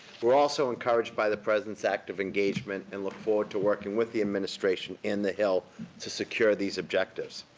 we're also encouraged by the president's active engagement and look forward to working with the administration in the hill to secure these objections.